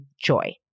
joy